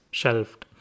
shelved